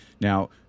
Now